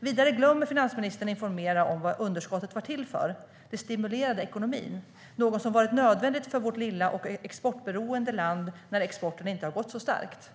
Vidare glömmer finansministern informera om vad underskottet var till för. Det stimulerade ekonomin, något som varit nödvändigt för vårt lilla och exportberoende land när exporten inte har gått särskilt starkt.